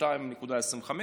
2.25,